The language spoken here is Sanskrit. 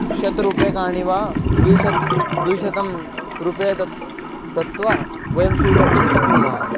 शतरूप्यकाणि वा द्विशतं द्विशतं रूप्यं दत्वा तत् वयं स्वीकर्तुं शक्नुमः